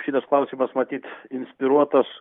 šitas klausimas matyt inspiruotas